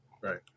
Right